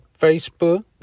Facebook